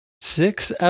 six